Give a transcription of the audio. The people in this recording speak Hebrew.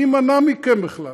מי מנע מכם בכלל?